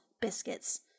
biscuits